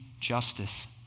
justice